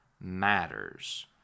matters